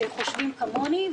שחושבים כמוני.